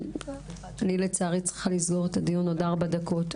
אני לצערי צריכה לסגור את הדיון בארבע דקות.